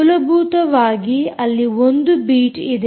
ಮೂಲಭೂತವಾಗಿ ಅಲ್ಲಿ ಒಂದು ಬೀಟ್ ಇದೆ